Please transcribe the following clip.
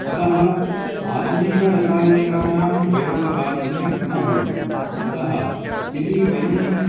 अतः आधुनिकरसायनिकानां प्रयोगः सम्यक् न भवति अतः यदि वयं